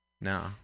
No